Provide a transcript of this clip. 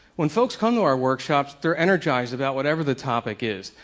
when folks come to our workshops, they're energized about whatever the topic is.